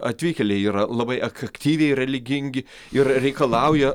atvykėliai yra labai ak aktyviai religingi ir reikalauja